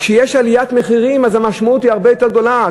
כשיש עליית מחירים אז המשמעות היא הרבה יותר גדולה.